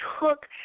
took